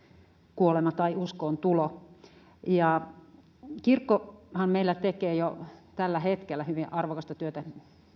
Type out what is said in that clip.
kuolema tai uskoontulo kirkkohan meillä tekee jo tällä hetkellä hyvin arvokasta työtä